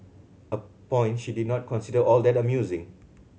a point she did not consider all that amusing